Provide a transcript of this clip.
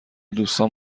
دوستان